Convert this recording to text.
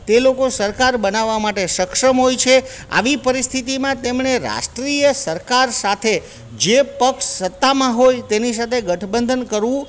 તે લોકો સરકાર બનાવા માટે સક્ષમ હોય છે આવી પરિસ્થિતિમાં તેમણે રાષ્ટ્રિય સરકાર સાથે જે પક્ષ સત્તામાં હોય તેની સાથે ગઠબંધન કરવું